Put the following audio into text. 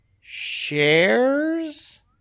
shares